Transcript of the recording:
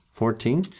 Fourteen